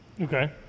Okay